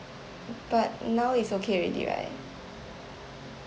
but now is okay already right